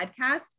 podcast